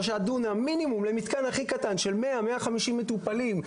דונם למתקן הכי קטן של 100-150 מטופלים,